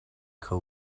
kho